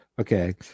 Okay